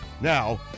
Now